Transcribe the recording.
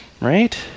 Right